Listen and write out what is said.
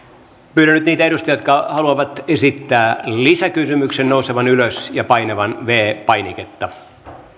pyydän nyt niitä edustajia jotka haluavat esittää lisäkysymyksen nousevan ylös ja painavan viides painiketta